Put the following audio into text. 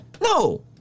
No